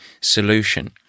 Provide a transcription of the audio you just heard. solution